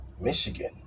Michigan